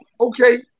okay